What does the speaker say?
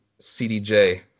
CDJ